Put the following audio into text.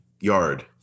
yard